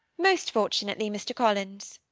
most fortunately, mr. collins.